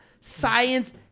science